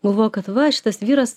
galvojo kad va šitas vyras